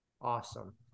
Awesome